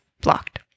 blocked